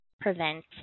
prevent